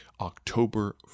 October